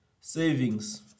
savings